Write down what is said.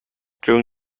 during